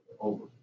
over